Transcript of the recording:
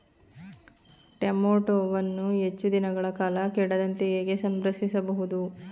ಟೋಮ್ಯಾಟೋವನ್ನು ಹೆಚ್ಚು ದಿನಗಳ ಕಾಲ ಕೆಡದಂತೆ ಹೇಗೆ ಸಂರಕ್ಷಿಸಬಹುದು?